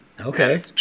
okay